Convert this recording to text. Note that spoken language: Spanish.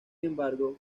embargo